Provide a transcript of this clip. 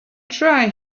try